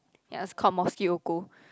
ya it's called Morskie Oko